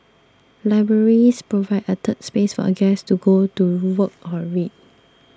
libraries provide a 'third space' for a guest to go to work or read